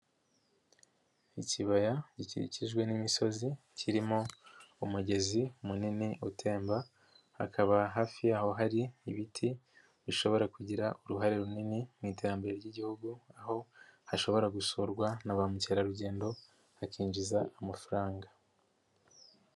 Ikibaya gikikijwe n'imisozi kirimo umugezi munini utemba, hakaba hafi y'aho hari ibiti bishobora kugira uruhare runini mu iterambere ry'igihugu, aho hashobora gusurwa na ba mukerarugendo hakinjiza amafaranga.